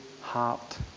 heart